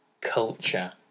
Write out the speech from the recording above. culture